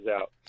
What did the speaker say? out